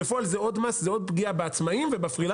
אבל בפועל זה עוד מס וזה עוד פגיעה בעצמאים ובפרילנסרים,